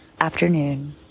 afternoon